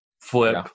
flip